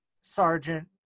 sergeant